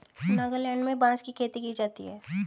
नागालैंड में बांस की खेती की जाती है